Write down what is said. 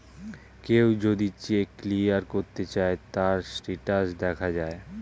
কেউ যদি check clear করতে চায়, তার স্টেটাস দেখা যায়